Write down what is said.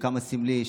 וכמה סמלי,